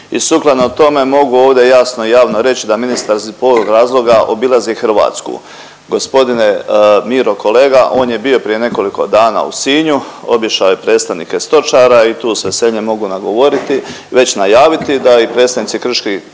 i sukladno tome mogu ovdje jasno, javno reći da ministar zbog ovog razloga obilazi Hrvatsku. Gospodine Miro, kolega on je bio prije nekoliko dana u Sinju, obišao je predstavnike stočara i tu s veseljem mogu govoriti, već najaviti da i predstavnici krških